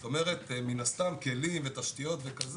זאת אומרת מן הסתם כלים ותשתיות וכזה